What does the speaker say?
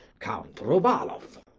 count rouvaloff?